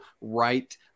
right